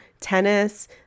tennis